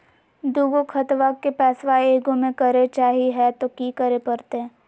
दू गो खतवा के पैसवा ए गो मे करे चाही हय तो कि करे परते?